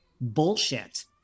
bullshit